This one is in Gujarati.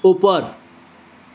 ઉપર